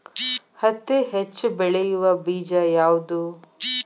ಹತ್ತಿ ಹೆಚ್ಚ ಬೆಳೆಯುವ ಬೇಜ ಯಾವುದು?